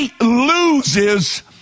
loses